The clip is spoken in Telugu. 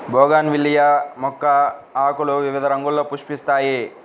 బోగాన్విల్లియ మొక్క ఆకులు వివిధ రంగుల్లో పుష్పిస్తాయి